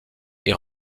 est